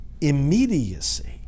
immediacy